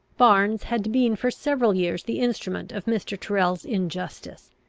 barnes had been for several years the instrument of mr. tyrrel's injustice.